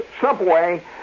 subway